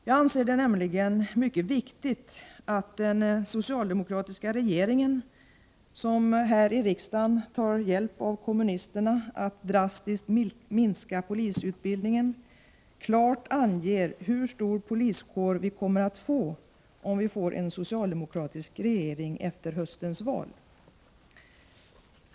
Jag anser det nämligen mycket viktigt att den socialdemokratiska regeringen, som här i riksdagen tar hjälp av kommunisterna för att drastiskt minska polisutbildningen, klart anger hur stor poliskår vi kommer att få om det blir en socialdemokratisk regering efter höstens val.